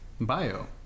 bio